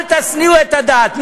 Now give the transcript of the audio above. אל תשניאו את הדת.